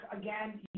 again